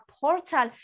portal